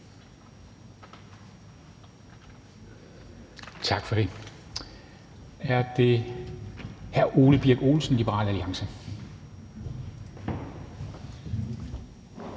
tak for det – er det hr. Ole Birk Olesen, Liberal Alliance.